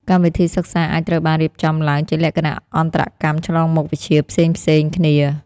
កម្មវិធីសិក្សាអាចត្រូវបានរៀបចំឡើងជាលក្ខណៈអន្តរកម្មឆ្លងមុខវិជ្ជាផ្សេងៗគ្នា។